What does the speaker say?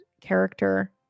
character